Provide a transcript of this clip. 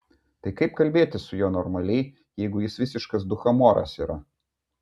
tai kaip kalbėtis su juo normaliai jeigu jis visiškas dūchamoras yra